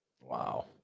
Wow